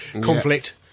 Conflict